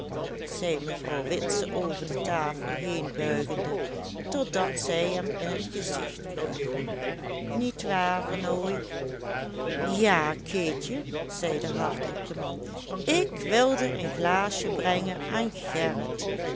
zei mevrouw witse over de tafel heenbuigende tot dat zij hem in t gezicht kreeg niet waar vernooy ja keetje zei de hartelijke man ik wilde een glaasje brengen aan gerrit